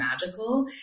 magical